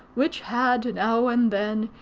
which had now and then,